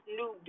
new